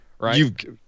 right